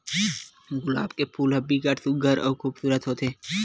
गुलाब के फूल ह बिकट सुग्घर अउ खुबसूरत होथे